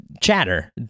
chatter